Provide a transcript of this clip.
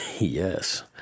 Yes